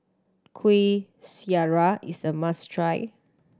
Kuih Syara is a must try